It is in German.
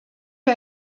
die